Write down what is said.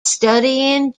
studying